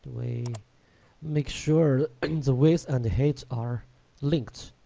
we make sure and width and height are linked,